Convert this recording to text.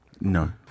No